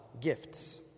gifts